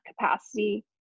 capacity